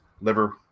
liver